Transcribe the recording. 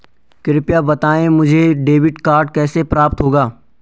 कृपया बताएँ मुझे डेबिट कार्ड कैसे प्राप्त होगा?